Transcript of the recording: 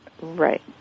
right